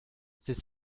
c’est